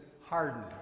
hardened